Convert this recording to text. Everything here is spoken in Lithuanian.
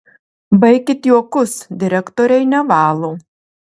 baikit juokus direktoriai nevalo